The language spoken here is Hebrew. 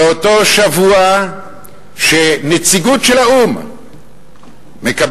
באותו שבוע שנציגות של האו"ם מקבלת